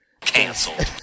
canceled